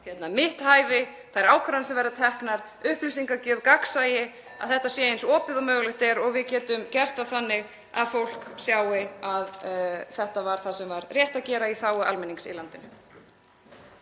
varðar mitt hæfi, þær ákvarðanir sem verða teknar, upplýsingagjöf, gagnsæi, (Forseti hringir.) að þetta sé eins opið og mögulegt er og við getum gert það þannig að fólk sjái að þetta var það sem var rétt að gera í þágu almennings í landinu.